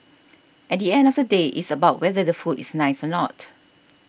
at the end of the day it's about whether the food is nice or not